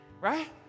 Right